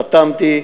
חתמתי.